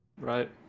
right